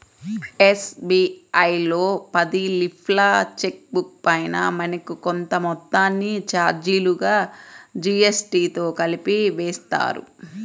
SBI లో పది లీఫ్ల చెక్ బుక్ పైన మనకు కొంత మొత్తాన్ని చార్జీలుగా జీఎస్టీతో కలిపి వేస్తారు